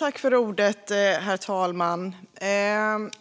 Herr talman! F-skattesystemet